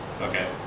Okay